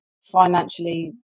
financially